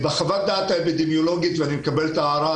בחוות הדעת האפידמיולוגית אני מקבל את ההערה,